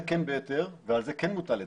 זה כן בהיתר ועל זה כן מוטל היטל.